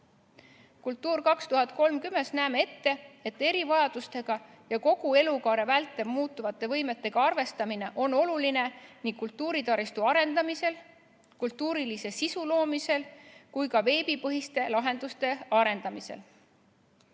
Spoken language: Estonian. "Kultuur 2030" näeme ette, et erivajadustega ja kogu elukaare vältel muutuvate võimetega arvestamine on oluline nii kultuuritaristu arendamisel, kultuurilise sisu loomisel kui ka veebipõhiste lahenduste arendamisel.